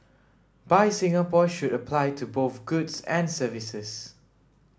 buy Singapore should apply to both goods and services